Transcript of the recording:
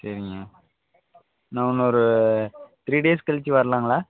சரிங்க நான் இன்னொரு த்ரீ டேஸ் கழிச்சி வரலாங்களா